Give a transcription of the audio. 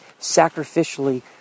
sacrificially